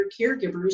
caregivers